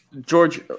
George